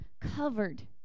covered